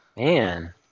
Man